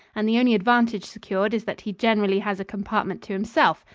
and the only advantage secured is that he generally has a compartment to himself,